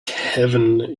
heaven